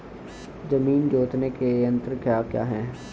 जमीन जोतने के यंत्र क्या क्या हैं?